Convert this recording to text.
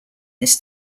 this